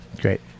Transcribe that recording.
Great